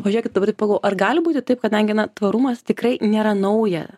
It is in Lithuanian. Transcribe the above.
o žiūrėkit dabar taip pagalvojau ar gali būti taip kadangi na tvarumas tikrai nėra nauja